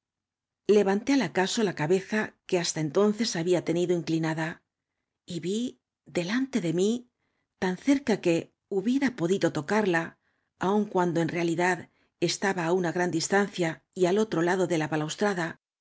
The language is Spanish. levanté al acaso la cabeza quo hasta entonces había tenido inclinada y vi d lan te de mí tan cerca que hubiera podido to carla aun cuando en realidad estaba á una gran distancia y al otro lado de la balaustrada